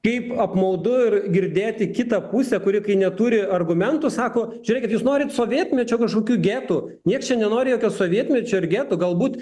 kaip apmaudu girdėti kitą pusę kuri kai neturi argumentų sako žiūrėkit jūs norit sovietmečio kažkokių getų nieks čia nenori jokio sovietmečio ir getų galbūt